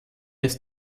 ist